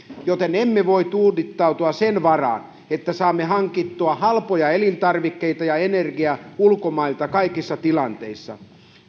joten emme voi tuudittautua sen varaan että saamme hankittua halpoja elintarvikkeita ja energiaa ulkomailta kaikissa tilanteissa